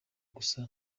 gusa